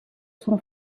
son